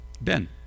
Ben